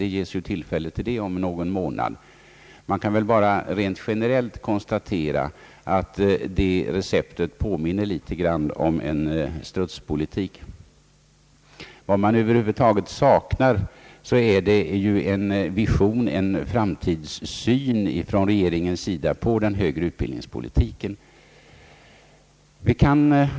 Det ges ju tillfälle härtill om någon månad. Man kan väl bara rent generellt konstatera att det receptet litet grand påminner om strutspolitik. Vad man saknar är en vision eller framtidssyn från regeringen på den högre utbildningspolitiken.